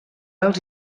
als